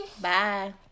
Bye